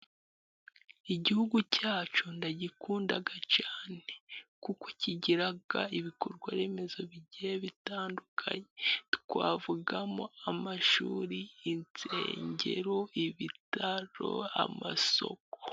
Igihugu cyacu ndagikunda cyane kuko kigira ibikorwa remezo bigiye bitandukanye, twavugamo amashuri, insengero, ibitaro, amasoko.